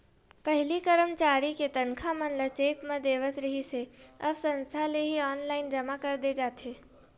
पहिली करमचारी के तनखा मन ल चेक म देवत रिहिस हे अब संस्था ले ही ऑनलाईन जमा कर दे जाथे